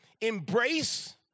embrace